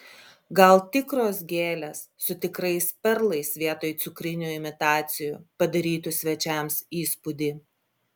gal tikros gėlės su tikrais perlais vietoj cukrinių imitacijų padarytų svečiams įspūdį